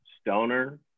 stoner